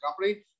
company